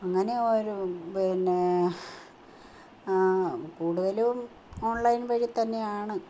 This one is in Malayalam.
അങ്ങനെ ഒരു പിന്നേ കൂടുതലും ഓൺലൈൻ വഴി തന്നെയാണ്